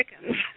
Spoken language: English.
chickens